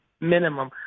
minimum